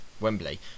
Wembley